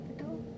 lepas tu